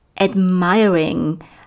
admiring